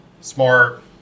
smart